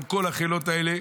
מול כל החילות האלה,